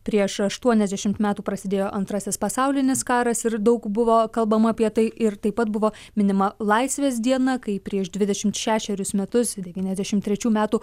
prieš aštuoniasdešimt metų prasidėjo antrasis pasaulinis karas ir daug buvo kalbama apie tai ir taip pat buvo minima laisvės diena kai prieš dvidešimt šešerius metus devyniasdešimt trečių metų